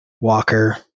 walker